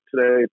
today